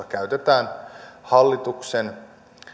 käytetään hallituksen